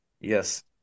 Yes